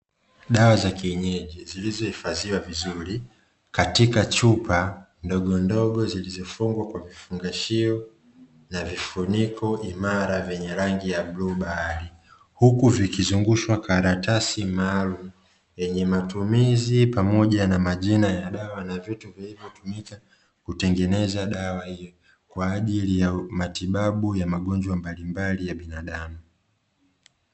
Dawa za kienyeji zilizohifadhiwa vizuri katika chupa ndogondogo zilizofungwa kwa vifungashio na vifuniko imara vyenye rangi ya bluu bahari. Huku vikizungushwa karatasi maalumu yenye matumizi pamoja na majina ya dawa, na vitu vilivyotumika kutengeneza dawa hiyo kwa ajili ya matibabu ya magonjwa mbalimbali ya binadamu.